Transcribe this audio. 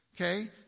okay